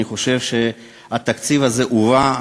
אני חושב שהתקציב הזה הוא רע.